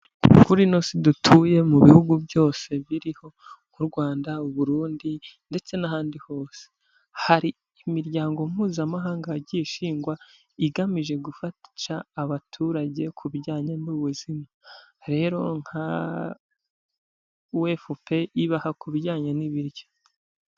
Kuri ino si dutuye mu bihugu byose biriho nk'u Rwanda, u Burundi ndetse n'ahandi hose, hari imiryango mpuzamahanga yagiye ishingwa igamije gufasha abaturage ku bijyanye n'ubuzima, rero nka wefupu ibaha ku bijyanye n'ibiryo.